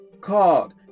called